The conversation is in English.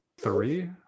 three